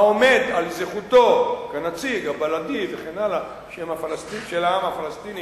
העומד על זכותו כנציג הבלעדי וכן הלאה של העם הפלסטיני